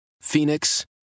Phoenix